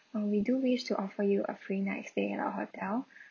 uh we do wish to offer you a free night stay at our hotel